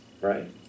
Right